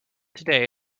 today